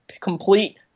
complete